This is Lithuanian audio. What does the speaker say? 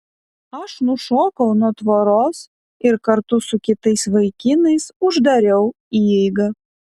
aš nušokau nuo tvoros ir kartu su kitais vaikinais uždariau įeigą